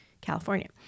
California